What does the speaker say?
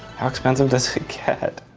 how expensive does it get?